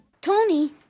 Tony